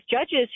judges